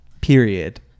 Period